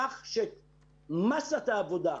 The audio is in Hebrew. כך שמסת העבודה,